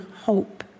hope